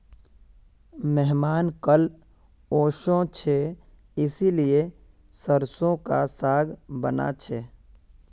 मेहमान कल ओशो छे इसीलिए सरसों का साग बाना छे